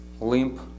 limp